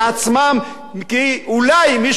כי אולי מישהו יקשיב.